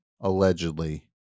Allegedly